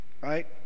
right